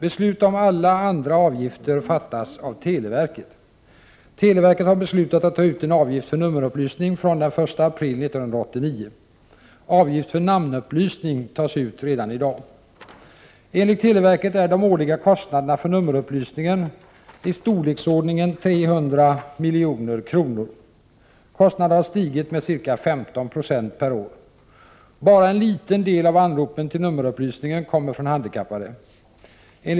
Beslut om alla andra avgifter fattas av televerket. Televerket har beslutat ta ut en avgift för nummerupplysning från den 1 april 1989. Avgift för namnupplysning tas ut redan i dag. Enligt televerket är de årliga kostnaderna för nummerupplysningen i storleksordningen 300 milj.kr. Kostnaderna har stigit med ca 15 96 per år. Bara en liten del av anropen till nummerupplysningen kommer från handikappade.